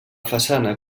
façana